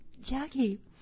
Jackie